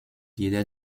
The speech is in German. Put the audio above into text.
jeder